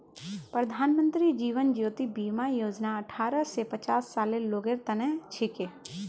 प्रधानमंत्री जीवन ज्योति बीमा योजना अठ्ठारह स पचास सालेर लोगेर तने छिके